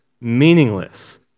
meaningless